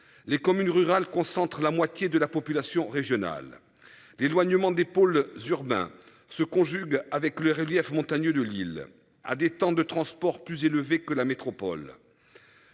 Les communes rurales concentre la moitié de la population régionale, l'éloignement des pôles urbains se conjugue avec le relief montagneux de l'île à des temps de transport plus élevé que la métropole.